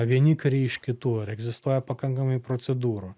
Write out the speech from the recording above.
vieni kariai iš kitų ar egzistuoja pakankamai procedūrų